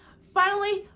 finally,